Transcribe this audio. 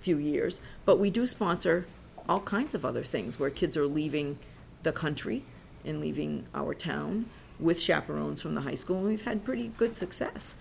few years but we do sponsor all kinds of other things where kids are leaving the country in leaving our town with chaperones from the high school we've had pretty good success